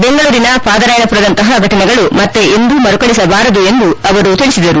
ಬೆಂಗಳೂರಿನ ಪಾದರಾಯನಮರದಂತಹ ಘಟನೆಗಳು ಮತ್ತೆ ಎಂದೂ ಮರುಕಳಿಸಬಾರದು ಎಂದು ಅವರು ಹೇಳಿದರು